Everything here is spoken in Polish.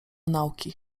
nauki